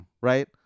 Right